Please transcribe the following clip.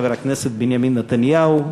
חבר הכנסת בנימין נתניהו,